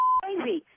crazy